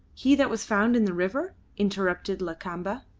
he that was found in the river? interrupted lakamba.